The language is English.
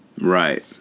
Right